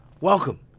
welcome